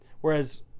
whereas